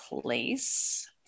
place